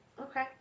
Okay